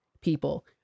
people